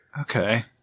Okay